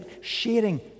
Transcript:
sharing